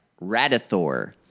Radithor